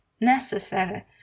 necessary